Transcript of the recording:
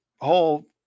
whole